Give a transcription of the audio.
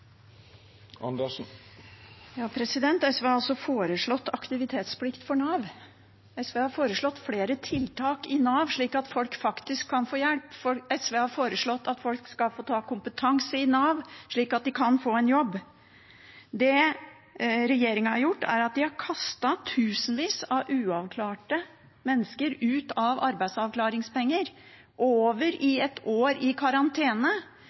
Andersen har hatt ordet to gonger tidlegare og får ordet til ein kort merknad, avgrensa til 1 minutt. SV har foreslått aktivitetsplikt for Nav. SV har foreslått flere tiltak i Nav, slik at folk faktisk kan få hjelp. SV har foreslått at folk skal få skaffe seg kompetanse gjennom Nav, slik at de kan få en jobb. Det regjeringen har gjort, er at de har kastet tusenvis av uavklarte mennesker ut av arbeidsavklaringspenger